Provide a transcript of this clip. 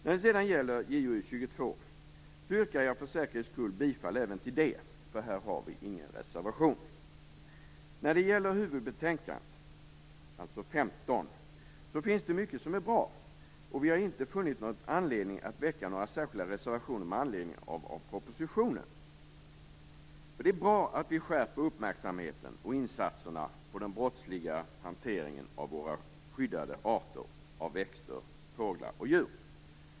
För säkerhets skull yrkar jag även bifall till utskottets hemställan i JoU22. Här har vi ingen reservation. Det finns mycket som är bra i huvudbetänkandet, JoU15. Vi har inte funnit anledning att reservera oss med anledning av propositionen. Det är bra att vi skärper uppmärksamheten på och insatserna mot den brottsliga hanteringen av skyddade arter av växter, fåglar och djur.